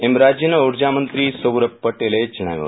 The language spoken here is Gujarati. અમ રાજયના ઉર્જામંત્રો સૌરભ પટેલે જણાવ્યા હત